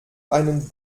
einen